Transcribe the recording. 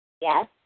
Yes